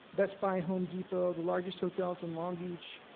best buy, home depot, the largest hotels in long beach,